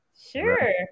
Sure